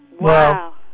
Wow